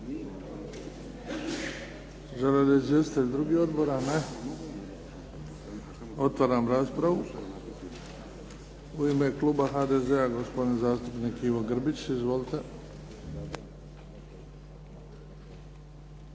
izvjestitelji drugih odbora? Ne. Otvaram raspravu. U ime kluba HDZ-a gospodin zastupnik Ivo Grbić. Izvolite.